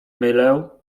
mylę